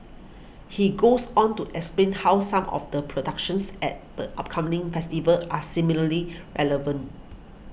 he goes on to explain how some of the productions at the upcoming festival are similarly relevant